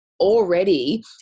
already